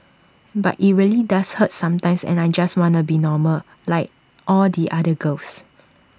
but IT really does hurt sometimes and I just wanna be normal like all the other girls